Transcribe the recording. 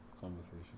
conversation